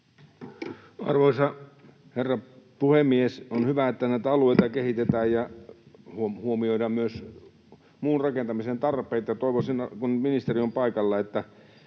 Arvoisa herra puhemies! On hyvä, että näitä alueita kehitetään ja huomioidaan myös muun rakentamisen tarpeet. Kun ministeri on paikalla, hieman